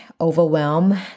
overwhelm